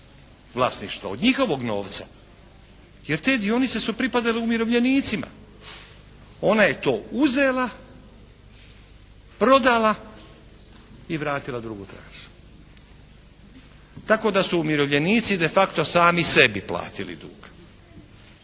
vlasništva, od njihovog novca jer te dionice su pripadale umirovljenicima. Ona je to uzela, prodala i vratila drugu tranšu, tako da su umirovljenici de facto sami sebi platili dug